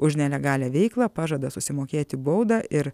už nelegalią veiklą pažada susimokėti baudą ir